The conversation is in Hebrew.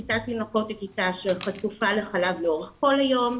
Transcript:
כיתת תינוקות היא כיתה שחשופה לחלב לאורך כל היום.